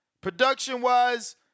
production-wise